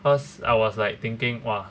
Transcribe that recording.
cause I was like thinking !wah!